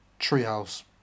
treehouse